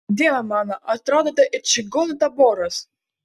dieve mano atrodote it čigonų taboras